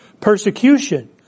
persecution